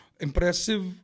impressive